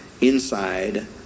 inside